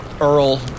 Earl